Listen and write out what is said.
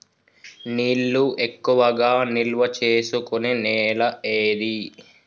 నీళ్లు ఎక్కువగా నిల్వ చేసుకునే నేల ఏది?